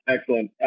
Excellent